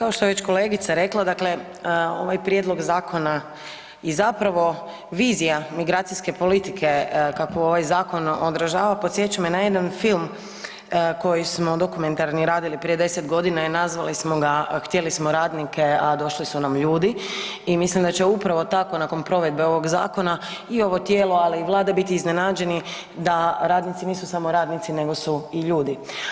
Kao što je već kolegica rekla, dakle ovaj prijedlog zakona je zapravo vizija migracijske politike kakvu ovaj zakon održava, podsjeća me na jedan film koji smo dokumentarni radili prije 10 g. i nazvali smo ga „Htjeli smo radnika došli su nam ljudi“ i mislim da će upravo tako nakon provedbe ovog zakona i ovo tijelo ali i Vlada biti iznenađeni da radnici nisu samo radnici nego su i ljudi.